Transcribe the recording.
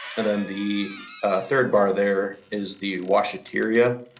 and then the third bar there is the washeteria,